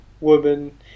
woman